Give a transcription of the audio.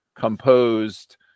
composed